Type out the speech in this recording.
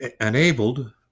enabled